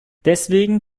deswegen